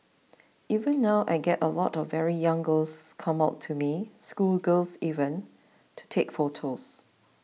even now I get a lot of very young girls come up to me schoolgirls even to take photos